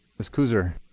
miss kooser.